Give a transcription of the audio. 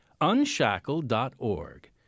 unshackled.org